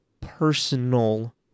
personal